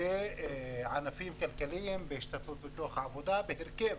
בענפים כלכליים, בהשתתפות בכוח העבודה, בהרכב